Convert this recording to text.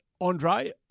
Andre